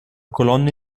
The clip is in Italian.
colonne